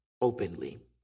openly